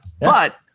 But-